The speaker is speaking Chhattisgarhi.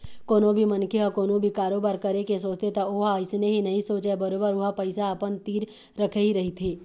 कोनो भी मनखे ह कोनो भी कारोबार करे के सोचथे त ओहा अइसने ही नइ सोचय बरोबर ओहा पइसा अपन तीर रखे ही रहिथे